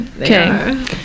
Okay